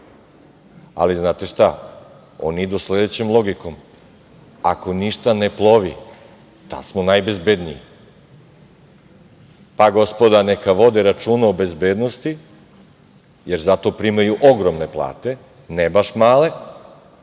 ali znate šta, oni idu sledećom logikom – ako ništa ne plovi, tad smo najbezbedniji. Gospoda neka vode računa o bezbednosti, jer zato primaju ogromne plate, ne baš male,